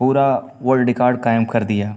پورا world record قائم کر دیا